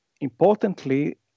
importantly